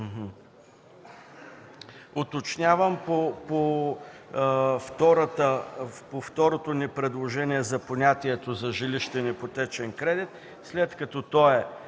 Уточнявам по второто ни предложение, за понятието за жилищен ипотечен кредит: след като то е